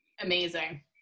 amazing